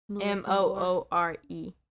M-O-O-R-E